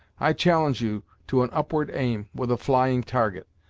i challenge you to an upward aim, with a flying target.